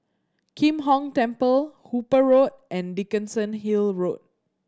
Kim Hong Temple Hooper Road and Dickenson Hill Road